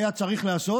מהלך שהיה צריך לעשות.